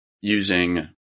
using